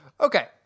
Okay